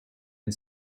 and